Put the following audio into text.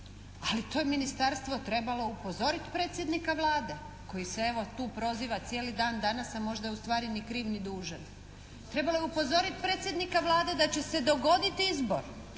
Ali to je ministarstvo trebalo upozoriti predsjednika Vlade koji se evo tu proziva cijeli dan danas a možda je ustvari ni kriv ni dužan. Trebalo je upozoriti predsjednika Vlade da će se dogoditi izbor